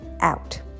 out